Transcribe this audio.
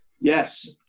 Yes